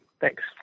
Thanks